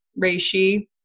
reishi